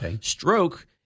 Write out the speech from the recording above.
stroke